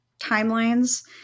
timelines